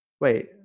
Wait